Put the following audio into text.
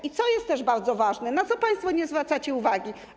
I co jest też bardzo ważne, a na co państwo nie zwracacie uwagi?